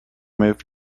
moved